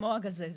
כמו הגזזת,